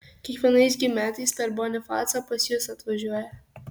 kiekvienais gi metais per bonifacą pas jus atvažiuoja